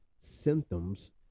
symptoms